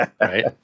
Right